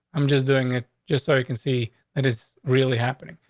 i'm just doing it just so you can see that is really happening.